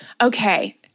Okay